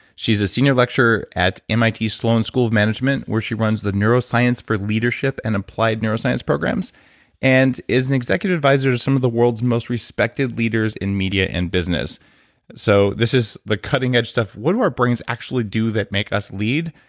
she's a senior lecturer at mit sloan school of management where she runs the neuroscience of leadership and implied neuroscience programs and is an executive advisor to some of the world's most respected leaders in media and business so this is the cutting edge stuff. what do our brains actually do that make us lead?